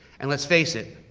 and let's face it,